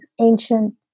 ancient